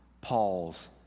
Paul's